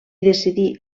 decidir